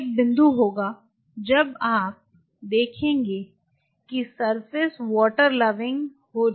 अब एक बिंदु होगा जब आप देखेंगे कि सरफेस वाटर लविंग हो जाती है